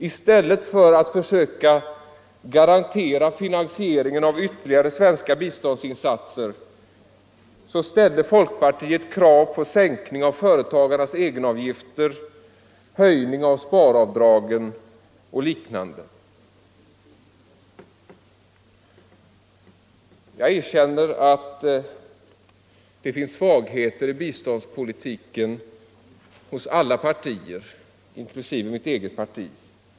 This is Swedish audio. I stället för att försöka garantera finansieringen av ytterligare svenska biståndsinsatser ställde folkpartiet krav på sänkning av företagarnas egenavgifter, höjning av sparavdragen och liknande åtgärder. 91 Jag erkänner att det finns svagheter i biståndspolitiken hos alla partier, inklusive mitt eget parti.